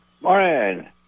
Morning